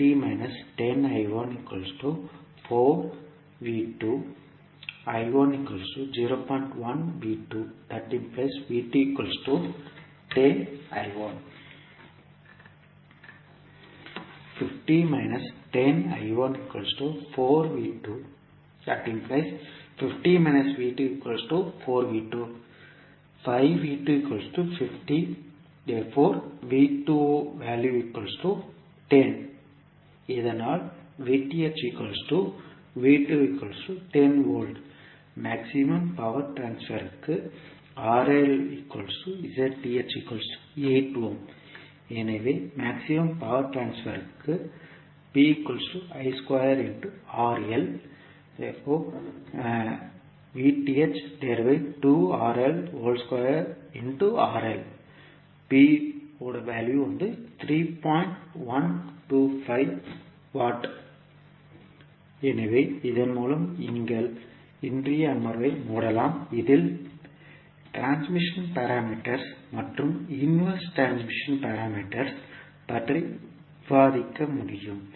நாம் எழுதலாம் இதனால் மேக்ஸிமம் பவர் ட்ரான்ஸ்பர்க்கு எனவே மேக்ஸிமம் பவர் ட்ரான்ஸ்பர்க்கு எனவே இதன் மூலம் எங்கள் இன்றைய அமர்வை மூடலாம் இதில் டிரான்ஸ்மிஷன் பாராமீட்டர்ஸ் மற்றும் இன்வர்ஸ் டிரான்ஸ்மிஷன் பாராமீட்டர்ஸ் பற்றி விவாதிக்க முடியும்